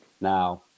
now